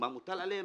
המוטל עליהם,